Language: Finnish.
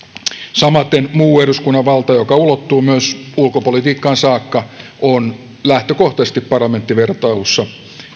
samaten muu eduskunnan valta joka ulottuu myös ulkopolitiikkaan saakka on lähtökohtaisesti parlamenttivertailussa